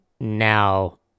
now